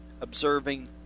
observing